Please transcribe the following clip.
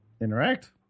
interact